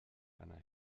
einer